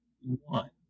one